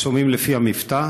שומעים לפי המבטא,